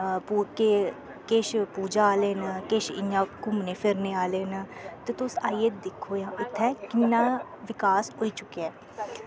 के किश पूजा आह्ले न किश इ'यां घुमने फिरने आह्ले न ते तुस आईयै दिक्खो इत्थै किन्ना विकास होई चुक्केआ ऐ